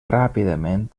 ràpidament